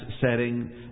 setting